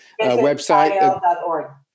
website